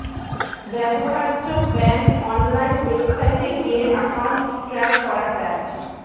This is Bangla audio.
ব্যবহার্য ব্যাংক অনলাইন ওয়েবসাইটে গিয়ে অ্যাকাউন্ট ট্র্যাক করা যায়